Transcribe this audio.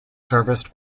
serviced